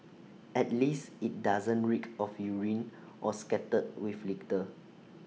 at least IT doesn't reek of urine or scattered with litter